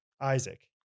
isaac